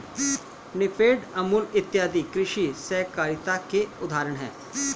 नेफेड, अमूल इत्यादि कृषि सहकारिता के उदाहरण हैं